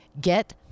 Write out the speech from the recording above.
get